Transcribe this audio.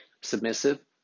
submissive